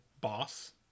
boss